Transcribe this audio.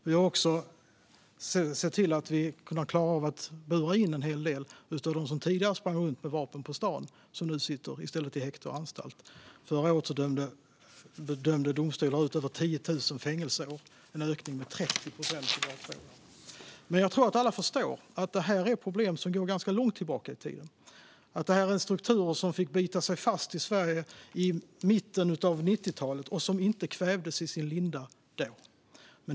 Vi har också sett till att klara av att bura in en hel del av dem som tidigare sprang runt med vapen på stan; nu sitter de i stället i häkte eller på anstalt. Förra året dömde domstolar ut över 10 000 fängelseår - en ökning med 30 procent. Jag tror att alla förstår att det här är problem som går ganska långt tillbaka i tiden och att det här är strukturer som fick bita sig fast i Sverige i mitten av 90-talet och som inte kvävdes i sin linda då.